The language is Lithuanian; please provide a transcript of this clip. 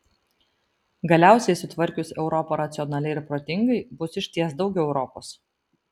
galiausiai sutvarkius europą racionaliai ir protingai bus išties daugiau europos